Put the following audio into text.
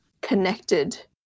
connected